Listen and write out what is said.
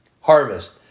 harvest